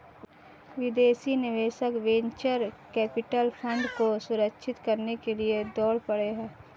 विदेशी निवेशक venture capital fund को सुरक्षित करने के लिए दौड़ पड़े हैं